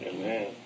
amen